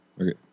Okay